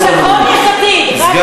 אתה מדבר על ניתוקי מים?